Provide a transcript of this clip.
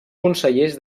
consellers